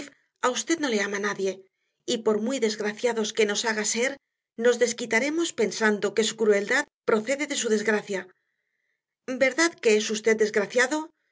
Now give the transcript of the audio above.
a usted no le ama nadie y por muy desgraciados que nos haga ser nos desquitaremos pensando que su crueldad procede de su desgracia verdad que es usted desgraciado